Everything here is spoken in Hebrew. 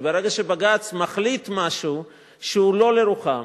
וברגע שבג"ץ מחליט משהו שהוא לא לרוחם,